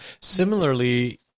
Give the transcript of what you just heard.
similarly